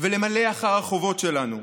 ולמלא את החובות שלנו.